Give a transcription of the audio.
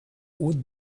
would